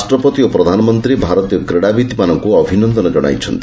ରାଷ୍ଟ୍ରପତି ଓ ପ୍ରଧାନମନ୍ତ୍ରୀ ଭାରତୀୟ କ୍ରୀଡ଼ାବିତ୍ମାନଙ୍କୁ ଅଭିନନ୍ଦନ ଜଣାଇଛନ୍ତି